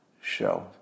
show